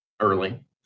early